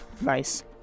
Nice